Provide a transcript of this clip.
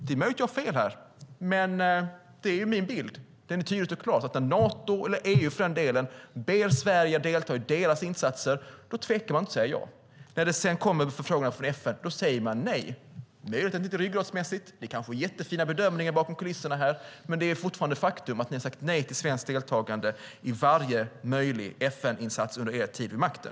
Det är möjligt att jag har fel, men min bild är att när Nato eller EU ber Sverige att delta i en insats tvekar man inte att säga ja, men när det kommer förfrågningar från FN säger man nej. Det är möjligt att det inte är ryggmärgsmässigt - det kanske görs jättefina bedömningar bakom kulisserna - men faktum är att ni har sagt nej till svenskt deltagande i varje möjlig FN-insats under er tid vid makten.